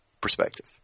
perspective